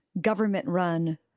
government-run